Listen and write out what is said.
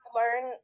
learn